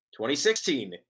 2016